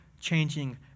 changing